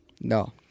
No